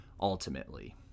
ultimately